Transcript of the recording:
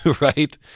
Right